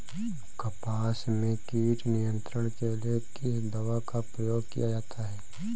कपास में कीट नियंत्रण के लिए किस दवा का प्रयोग किया जाता है?